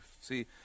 see